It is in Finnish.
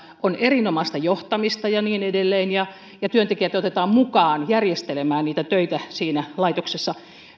on erinomaista johtamista ja niin edelleen ja ja työntekijät otetaan mukaan järjestelemään töitä siinä laitoksessa ja